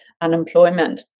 unemployment